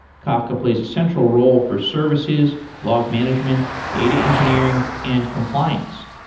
kafka plays a central role for services, log management, data engineering and compliance.